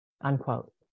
Unquote